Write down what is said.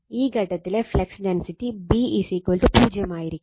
ഈ ഘട്ടത്തിലെ flux density B 0 ആയിരിക്കും